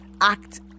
act